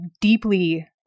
deeply